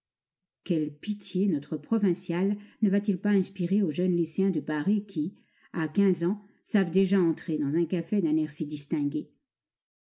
quelle pitié notre provincial ne va-t-il pas inspirer aux jeunes lycéens de paris qui à quinze ans savent déjà entrer dans un café d'un air si distingué